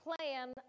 plan